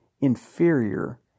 inferior